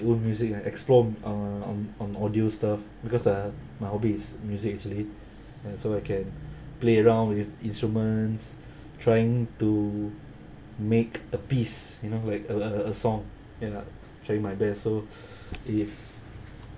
own music you and explore uh on on audio stuff because uh my hobby is music actually ya so I can play around with instruments trying to make a piece you know like a a a a song ya trying my best so if